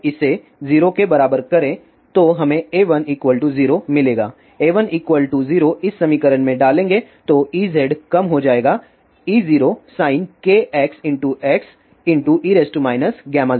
अब इसे 0 के बराबर करें तब हमें A1 0 मिलेगा A1 0 इस समीकरण में डालेंगे तो Ez कम हो जाएगा E0sin kxx e γz